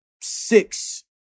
six